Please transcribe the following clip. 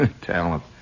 Talent